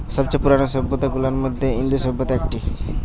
সব চেয়ে পুরানো সভ্যতা গুলার মধ্যে ইন্দু সভ্যতা একটি